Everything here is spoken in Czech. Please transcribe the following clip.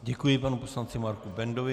Děkuji panu poslanci Marku Bendovi.